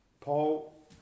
Paul